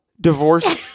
divorce